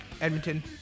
Edmonton